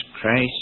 Christ